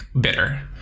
bitter